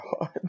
God